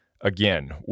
again